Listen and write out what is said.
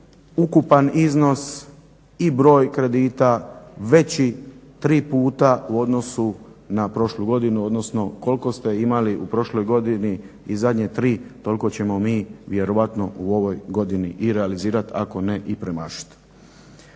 ukupan iznos i broj kredita veći 3 puta u odnosu na prošlu godinu, odnosno koliko ste imali u prošloj godini i zadnje tri, toliko ćemo mi vjerojatno u ovoj godini i realizirat, ako ne i premašit.